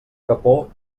capó